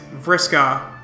Vriska